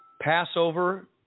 Passover